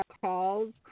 calls